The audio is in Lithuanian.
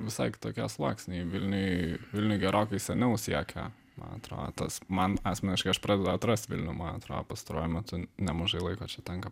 visai kitokie sluoksniai vilniuj vilniuj gerokai seniau siekia man atrodo tas man asmeniškai aš pradedu atrast vilnių man atrodo pastaruoju metu nemažai laiko čia tenka